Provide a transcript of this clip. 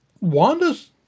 Wanda's